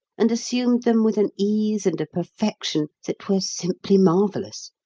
and assumed them with an ease and a perfection that were simply marvellous,